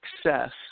success